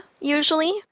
usually